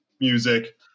music